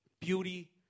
Beauty